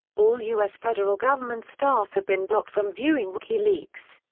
all u s. federal government staff have been blocked from viewing wikileaks.